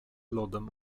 lodem